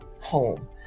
home